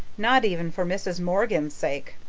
not even for mrs. morgan's sake.